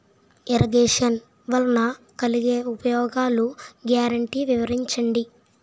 Irrigation వలన కలిగే ఉపయోగాలు గ్యారంటీ వివరించండి?